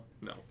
No